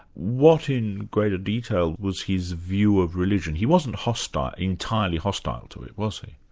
what in greater detail was his view of religion? he wasn't hostile, entirely hostile to it, was he?